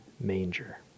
manger